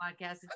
podcast